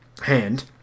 hand